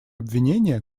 обвинения